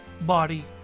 body